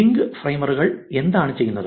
link ഫ്രെയിമറുകൾ എന്താണ് ചെയ്യുന്നത്